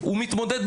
הוא מתמודד,